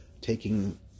taking